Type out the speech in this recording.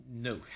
No